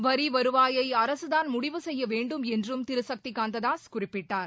வரிவருவாயை அரசுதான் மூடிவு செய்யவேண்டும் என்றும் திரு சக்தி காந்ததாஸ் குறிப்பிட்டார்